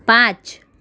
પાંચ